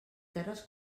terres